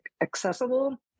accessible